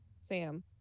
Sam